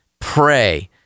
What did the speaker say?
Pray